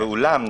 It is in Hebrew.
ואולם,